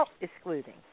excluding